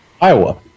Iowa